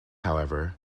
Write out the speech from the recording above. however